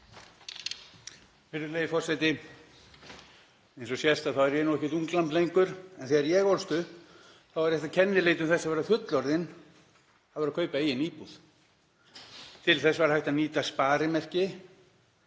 Virðulegi forseti. Eins og sést þá er ég nú ekkert unglamb lengur en þegar ég ólst upp þá var eitt af kennileitum þess að verða fullorðinn að kaupa eigin íbúð. Til þess var hægt að nýta sparimerki,